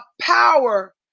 power